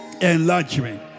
enlargement